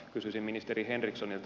kysyisin ministeri henrikssonilta